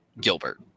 Gilbert